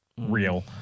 real